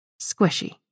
Squishy